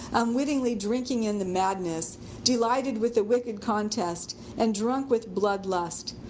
unwittingly drinking in the madness delighted with the wicked contest and drunk with blood lust.